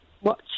watch